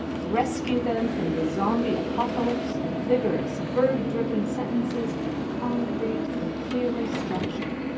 rescue them from the zombie apocalypse with vigorous verb-driven sentences that are concrete and clearly structured.